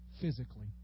physically